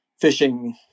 fishing